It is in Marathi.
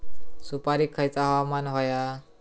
सुपरिक खयचा हवामान होया?